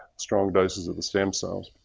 strong doses of the stem cells.